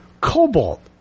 cobalt